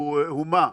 הוא מה?